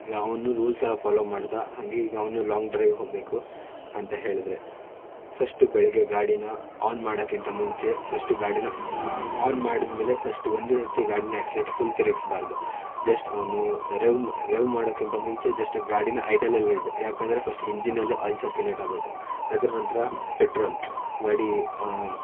ಈಗ ಅವನು rules follow ಮಾಡದ ಹಾಗೆ ಈಗ ಅವನು ಲಾಂಗ್ ಡ್ರೈವ್ ಹೋಗಬೇಕು ಅಂತ ಹೇಳಿದರೆ ಫಸ್ಟ್ ಬೆಳಗ್ಗೆ ಗಾಡಿನ ಆನ್ ಮಾಡೋಕ್ಕಿಂತ ಮುಂಚೆ ಫಸ್ಟ್ ಗಾಡಿನ ಆನ್ ಮಾಡಿದಮೇಲೆ ಫಸ್ಟ್ ಒಂದೇ ಹೊತ್ತಿಗೆ ಗಾಡಿನ ಎಕ್ಸ್ಲೇಟರ್ ಫುಲ್ ತಿರುಗಿಸ್ಬಾರ್ದು ಜಸ್ಟ್ ಅವನು ಡ್ರೈವ್ ಡ್ರೈವ್ ಮಾಡೋಕ್ಕಿಂತ ಮುಂಚೆ ಜಸ್ಟ್ ಗಾಡಿನ ಐಡಲಲ್ಲಿ ಇಡಬೇಕು ಏಕೆಂದ್ರೆ ಫಸ್ಟ್ ಇಂಜಿನಲ್ಲಿ ಆಯಿಲ್ ಸರ್ಕ್ಯುಲೇಟ್ ಆಗಬೇಕು ಅದ್ರ ನಂತರ ಪೆಟ್ರೋಲ್ ಮಾಡಿ